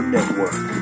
Network